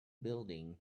building